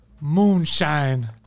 Moonshine